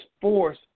force